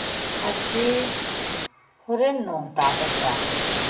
ꯉꯁꯤ ꯍꯧꯔꯦꯟ ꯅꯣꯡ ꯇꯥꯒꯗ꯭ꯔꯥ